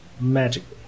magically